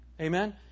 Amen